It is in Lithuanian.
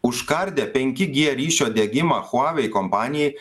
užkardė penki g ryšio diegimą huawei kompanijai